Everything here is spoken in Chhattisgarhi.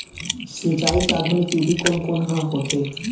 सिंचाई के आधुनिक विधि कोन कोन ह होथे?